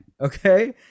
okay